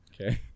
Okay